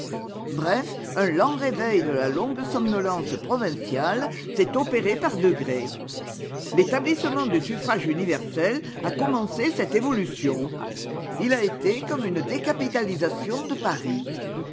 bref un lent réveil de la longue somnolence provinciale s'est opéré par degrés l'établissement du suffrage universel a commencé cette évolution il a été comme une décapitalisation de paris